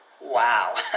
Wow